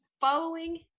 following